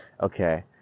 okay